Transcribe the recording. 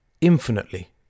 infinitely